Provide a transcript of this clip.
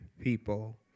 people